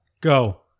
Go